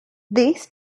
this